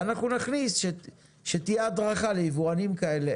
ואנחנו נכניס שתהיה הדרכה ליבואנים כאלה,